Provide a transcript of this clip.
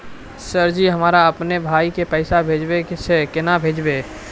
Sir ji हमरा अपनो भाई के पैसा भेजबे के छै, केना भेजबे?